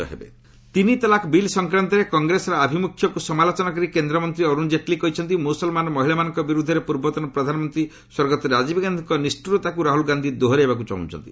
Jaitley Congress triple ତଲାକ ତିନି ତଲାକ ବିଲ୍ ସଂକ୍ରାନ୍ତରେ କଂଗ୍ରେସର ଆଭିମୁଖ୍ୟକୁ ସମାଲୋଚନା କରି କେନ୍ଦ୍ରମନ୍ତ୍ରୀ ଅରୁଣ ଜେଟ୍ଲୀ କହିଛନ୍ତି ମୁସଲମାନ ମହିଳାମାନଙ୍କ ବିରୁଦ୍ଧରେ ପୂର୍ବତନ ପ୍ରଧାନମନ୍ତ୍ରୀ ସ୍ୱର୍ଗତ ରାଜୀବ୍ ଗାନ୍ଧିଙ୍କ ନିଷ୍କରତାକୁ ରାହୁଲ୍ ଗାନ୍ଧି ଦୋହରାଇବାକୁ ଚାହୁଁଛନ୍ତି